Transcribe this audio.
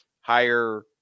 higher